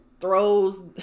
throws